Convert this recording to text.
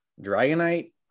Dragonite